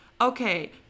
Okay